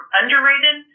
underrated